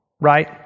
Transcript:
right